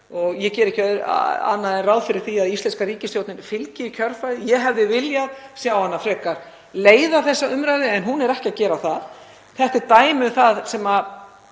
og ég geri ekki ráð fyrir öðru en að íslenska ríkisstjórnin fylgi í kjölfarið. Ég hefði viljað sjá hana frekar leiða þessa umræðu en hún er ekki að gera það. Þetta er dæmi um það sem er